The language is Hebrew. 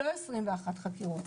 לא 21 חקירות.